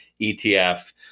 ETF